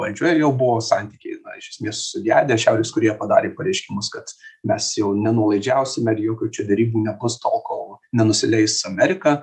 valdžioj ir jau buvo santykiai na iš esmės sugedę šiaurės korėja padarė pareiškimus kad mes jau nenuolaidžiausime ir jokių čia derybų nebus tol kol nenusileis amerika